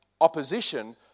opposition